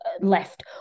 left